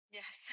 yes